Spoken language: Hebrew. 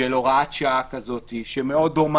של הוראת שעה דומה מאוד.